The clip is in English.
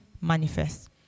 manifest